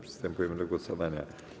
Przystępujemy do głosowania.